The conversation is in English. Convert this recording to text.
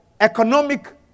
economic